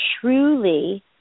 truly